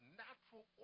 natural